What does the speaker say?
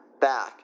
back